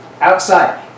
Outside